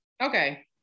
Okay